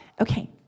Okay